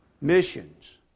missions